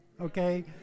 okay